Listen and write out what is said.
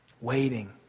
waiting